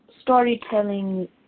storytelling